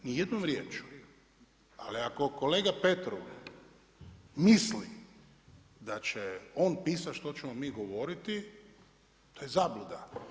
Ni jednom riječju, ali ako kolega Petrov misli da će on pisati što ćemo mi govoriti, to je zabluda.